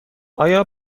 آیا